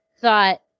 thought